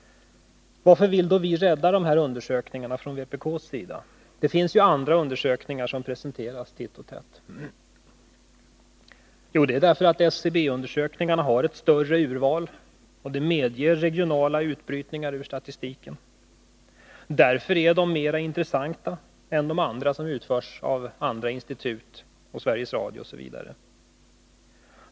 Varför vill vi då från vpk:s sida rädda de här undersökningarna? Det finns ju andra undersökningar som presenteras titt och tätt. Jo, det är därför att SCB-undersökningarna har ett större urval, och de medger regionala utbrytningar ur statistiken. Därför är de mera intressanta än de undersökningar som utförs av andra institut och av Sveriges Radio etc.